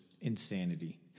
insanity